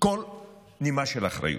כל נימה של אחריות.